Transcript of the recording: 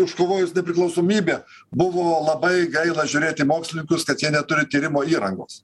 iškovojus nepriklausomybę buvo labai gaila žiūrėt į mokslininkus kad jie neturi tyrimo įrangos